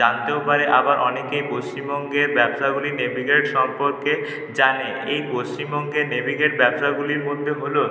জানতেও পারে আবার অনেকে পশ্চিমবঙ্গে ব্যবসাগুলি নেভিগেট সম্পর্কে জানে এই পশ্চিমবঙ্গে নেভিগেট ব্যবসাগুলির মধ্যে হল